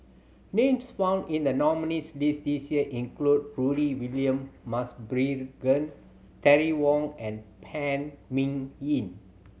names found in the nominees' list this year include Rudy William Mosbergen Terry Wong and Phan Ming Yen